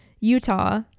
Utah